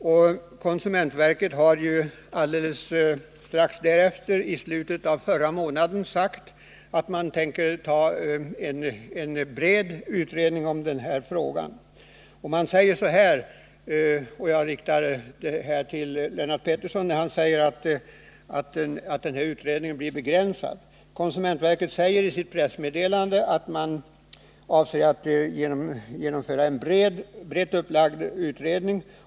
I slutet av förra månaden uttalade också konsumentverket att man tänkte göra en bred utredning om kontokorten och deras olika konsekvenser. Lennart Pettersson påstår att den utredningen kommer att bli begränsad, men konsumentverket säger i ett pressmeddelande att man avser att genomföra en brett upplagd utredning.